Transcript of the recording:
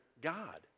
God